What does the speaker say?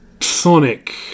Sonic